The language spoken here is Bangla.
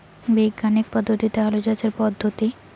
বিজ্ঞানিক পদ্ধতিতে আলু চাষের পদ্ধতি?